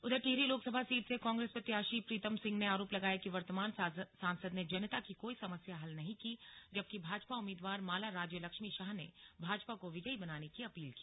उधर टिहरी लोकसभा सीट से कांग्रेस प्रत्याशी प्रीतम सिंह ने आरोप लगाया कि वर्तमान सांसद ने जनता की कोई समस्या हल नहीं की जबकि भाजपा उम्मीदवार माला राज्य लक्ष्मी शाह ने भाजपा को विजयी बनाने की अपील की